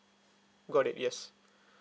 got it yes